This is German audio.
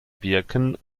birken